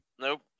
Nope